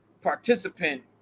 participant